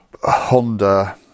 honda